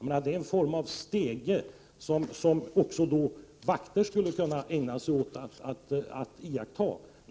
Det är en form av stegvis indelning som också vakter i sin tjänsteutövning borde iaktta.